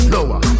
Lower